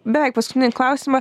beveik paskutinį klausimą